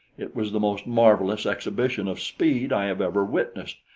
it was the most marvelous exhibition of speed i have ever witnessed.